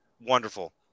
Wonderful